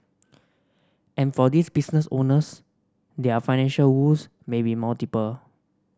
and for these business owners their financial woes may be multiple